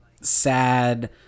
sad